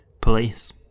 police